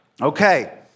Okay